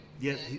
Yes